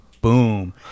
boom